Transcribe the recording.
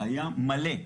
היה מלא.